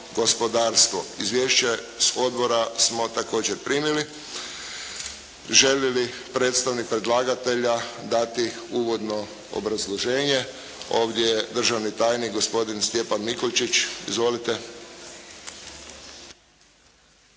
gospodarstvo. Izvješće s odbora smo također primili. Želi li predstavnik predlagatelja dati uvodno obrazloženje? Ovdje je državni tajnik gospodin Stjepan Mikolčić. Izvolite.